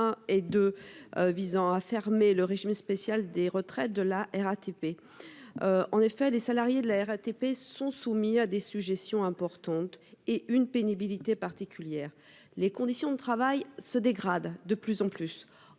et 2, qui ferment le régime spécial des retraites de la RATP. En effet, les salariés de la RATP sont soumis à des sujétions importantes et à une pénibilité particulière. Les conditions de travail se dégradent de plus en plus